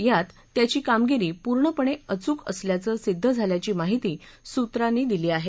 यात त्याची कामगिरी पूर्णपणे अचूक असल्यचं सिद्ध झाल्याची माहिती सुत्रांनी दिली आहे